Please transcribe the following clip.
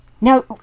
Now